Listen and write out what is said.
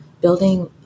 building